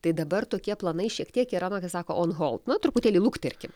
tai dabar tokie planai šiek tiek yra na kaip sako on hold na truputėlį luktelkim